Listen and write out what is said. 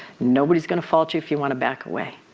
nobody's going to fault you if you want to back away.